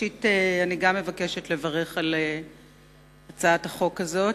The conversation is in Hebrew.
ראשית גם אני מבקשת לברך על הצעת החוק הזאת,